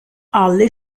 alle